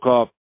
up